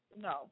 no